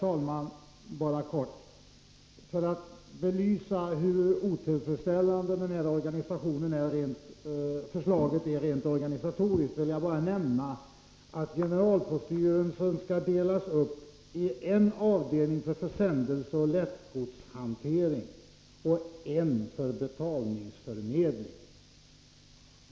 Herr talman! För att belysa hur otillfredsställande förslaget är rent organisatoriskt vill jag bara nämna att generalpoststyrelsen skall delas upp i en avdelning för försändelseoch lättgodshantering och en för betalningsförmedling.